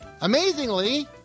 Amazingly